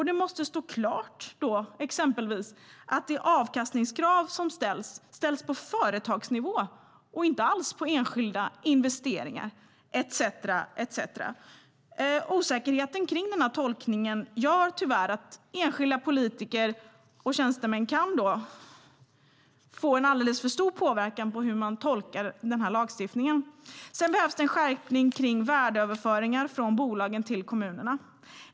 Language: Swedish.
Det måste exempelvis stå klart att det avkastningskrav som ställs ska ställas på företagsnivå och inte alls på enskilda investeringar etcetera. Osäkerheten kring tolkningen gör tyvärr att enskilda politiker och tjänstemän kan få en alldeles för stor påverkan på hur man tolkar lagstiftningen. Sedan behövs det en skärpning kring värdeöverföringar från bolagen till kommunerna.